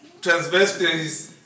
transvestites